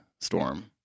storm